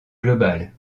global